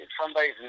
somebody's